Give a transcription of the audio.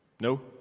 No